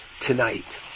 tonight